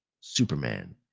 superman